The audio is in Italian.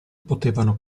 potevano